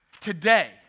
Today